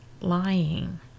lying